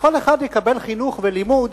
וכל אחד יקבל חינוך ולימוד